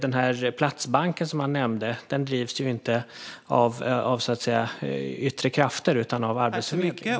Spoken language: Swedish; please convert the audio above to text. Den platsbank han nämnde drivs inte av yttre krafter utan av Arbetsförmedlingen.